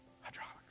Hydraulics